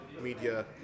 media